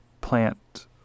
plant